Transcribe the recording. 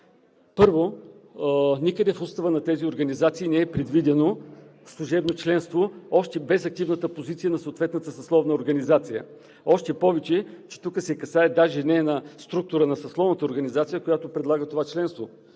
Първо, никъде в Устава на тези организации не е предвидено служебно членство още без активната позиция на съответната съсловна организация, още повече че тук се касае даже не за структура на съсловната организация, която предлага това членство.